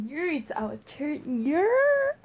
oh my god